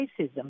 racism